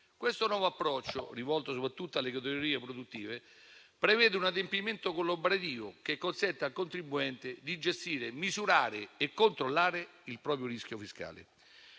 Questo nuovo approccio, rivolto soprattutto alle categorie produttive, prevede un adempimento collaborativo che consente al contribuente di gestire, misurare e controllare il proprio rischio fiscale.